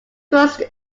was